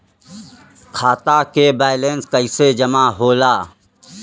खाता के वैंलेस कइसे जमा होला?